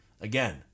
Again